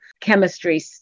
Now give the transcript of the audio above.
chemistry